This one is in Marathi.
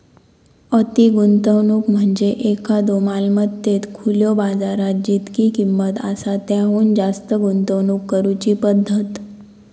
अति गुंतवणूक म्हणजे एखाद्यो मालमत्तेत खुल्यो बाजारात जितकी किंमत आसा त्याहुन जास्त गुंतवणूक करुची पद्धत